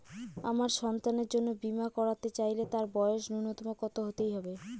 আমার সন্তানের জন্য বীমা করাতে চাইলে তার বয়স ন্যুনতম কত হতেই হবে?